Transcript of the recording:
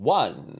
one